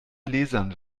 gläsern